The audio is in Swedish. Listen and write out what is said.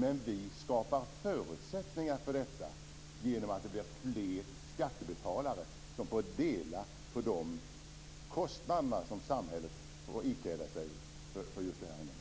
Men vi skapar förutsättningar för detta genom att det blir fler skattebetalare som delar på de kostnader som samhället får ikläda sig för just detta ändamål.